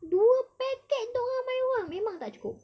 dua packet untuk ramai orang memang tak cukup